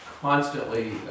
constantly